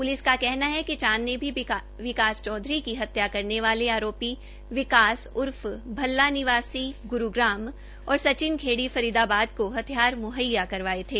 police का कहना है कि चांद ने ही विकास चौधरी की हत्या करने वाले आरोपी विकास उर्फ भल्ला निवासी धनवापुर गुरुग्राम और सचिन खेड़ी फरीदाबाद को हथियार मुहैया कराए थे